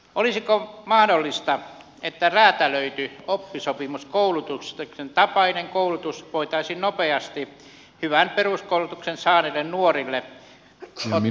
olisiko mahdollista että räätälöity oppisopimuskoulutuksen tapainen koulutus voitaisiin nopeasti hyvän peruskoulutuksen saaneille nuorille ottaa lisäkoulutuksena myyntityöhön